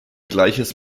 gleiches